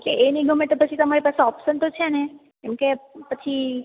એ ની ગમે તો પછી તમારી પાસે ઓપ્શન તો છે ને કેમ કે પછી